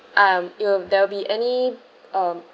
um it'll there'll be any um